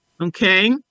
Okay